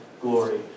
glory